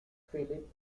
philip